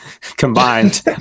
combined